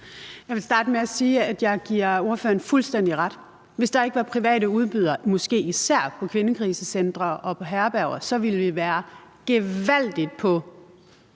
Jeg vil starte med at sige, at jeg giver ordføreren fuldstændig ret – hvis der ikke var private udbydere, måske især af kvindekrisecentre og herberger, ville vi være gevaldig på